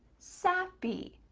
sappy.